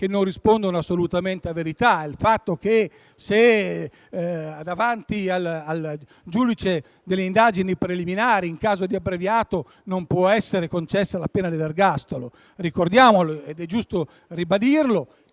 che non rispondono assolutamente a verità, come il fatto che davanti al giudice delle indagini preliminari, in caso di rito abbreviato, non può essere concessa la pena dell'ergastolo. Ricordiamo, ed è giusto ribadire,